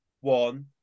one